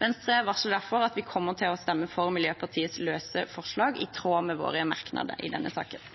Venstre varsler derfor at vi kommer til å stemme for Miljøpartiets løse forslag, i tråd med våre merknader i denne saken.